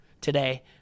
today